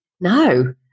no